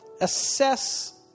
Assess